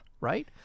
right